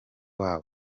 wabo